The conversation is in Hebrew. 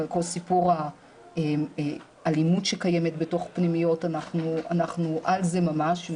אבל כל סיפור האלימות שקיימת בתוך פנימיות אנחנו על זה ממש,